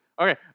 Okay